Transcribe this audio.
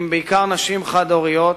בעיקר עם נשים חד-הוריות,